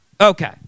Okay